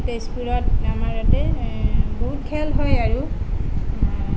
তেজপুৰত আমাৰ ইয়াতে বহুত খেল হয় আৰু